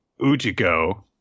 ujiko